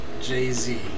Jay-Z